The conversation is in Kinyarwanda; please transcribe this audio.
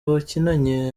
bakinanye